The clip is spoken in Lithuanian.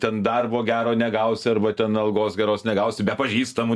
ten darbo gero negausi arba ten algos geros negausi be pažįstamų